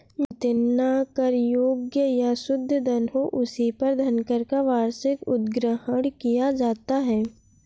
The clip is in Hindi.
जितना कर योग्य या शुद्ध धन हो, उसी पर धनकर का वार्षिक उद्ग्रहण किया जाता है